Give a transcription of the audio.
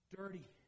dirty